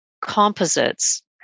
composites